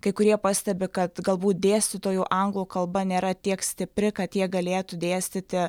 kai kurie pastebi kad galbūt dėstytojų anglų kalba nėra tiek stipri kad jie galėtų dėstyti